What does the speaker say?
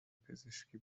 پزشکی